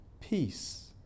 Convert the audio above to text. peace